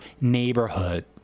neighborhood